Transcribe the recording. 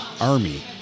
Army